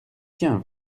tiens